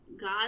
God